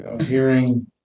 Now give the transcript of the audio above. Hearing